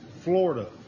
Florida